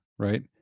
Right